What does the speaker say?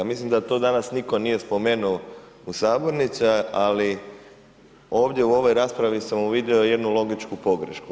Mislim da to danas nitko nije spomenuo u sabornici, ali ovdje u ovoj raspravi sam uvidio jednu logičku pogrešku.